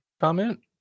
comment